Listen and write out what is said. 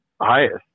highest